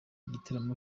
gitaramo